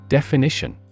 Definition